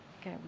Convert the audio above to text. Okay